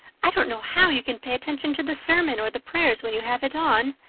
i don't know how you can pay attention to the sermon or the prayers when you have it on.